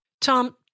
Tom